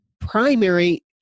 primary